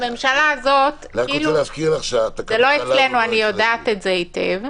לא אצלנו, אני יודעת את זה היטב,